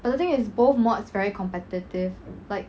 but the thing is both mods very competitive like